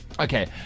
Okay